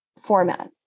format